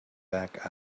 back